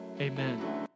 amen